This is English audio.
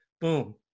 boom